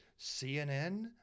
CNN